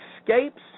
escapes